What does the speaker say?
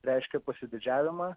reiškė pasididžiavimą